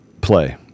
play